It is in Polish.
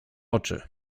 oczy